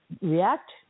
react